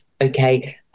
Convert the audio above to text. Okay